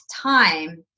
time